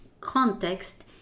context